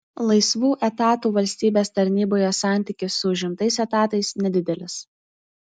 laisvų etatų valstybės tarnyboje santykis su užimtais etatais nedidelis